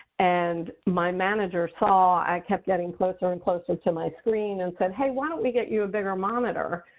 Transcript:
and my manager saw i kept getting closer and closer to my screen. and said, hey, why don't we get you a bigger monitor?